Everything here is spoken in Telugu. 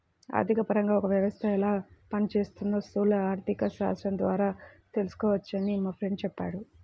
ఆర్థికపరంగా ఒక వ్యవస్థ ఎలా పనిచేస్తోందో స్థూల ఆర్థికశాస్త్రం ద్వారా తెలుసుకోవచ్చని మా ఫ్రెండు చెప్పాడు